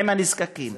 עם הנזקקים,